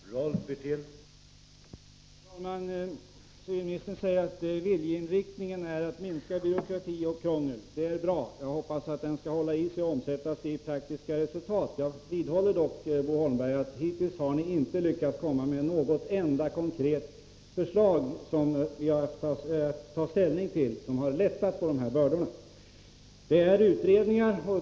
Herr talman! Civilministern säger att viljeinriktningen är att minska byråkrati och krångel. Det är bra. Jag hoppas att den skall hålla i sig och omsättas i praktiska resultat. Jag vidhåller dock, Bo Holmberg, att ni hittills inte har lyckats komma med ett enda konkret förslag för att lätta på dessa bördor. Det pågår utredningar, säger Bo Holmberg.